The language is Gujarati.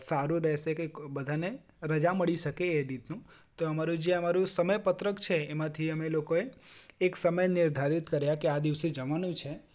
સારો રહેશે કે બધાને રજા મળી શકે એ રીતનું તો અમારું જે અમારું સમય પત્રક છે એમાંથી અમે લોકોએ એક સમય નિર્ધારિત કર્યા કે આ દિવસે જવાનું છે